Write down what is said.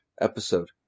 episode